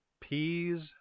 peas